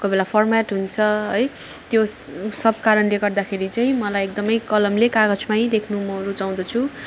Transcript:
कोही बेला फर्मेट हुन्छ है त्यो सब कारणले गर्दाखेरि चाहिँ मलाई एकदम कलमले कागजमा लेख्नु म रुचाउँदछु